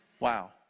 Wow